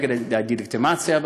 נגד הדה-לגיטימציה,